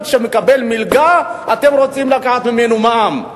שמקבל מלגה שאתם רוצים לקחת ממנו מע"מ,